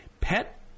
pet